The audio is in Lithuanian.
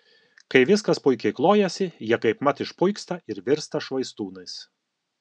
kai viskas puikiai klojasi jie kaipmat išpuiksta ir virsta švaistūnais